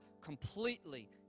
completely